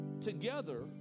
together